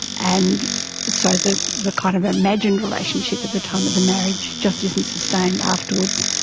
and so the the kind of imagined relationship at the time of the marriage just isn't sustained afterwards.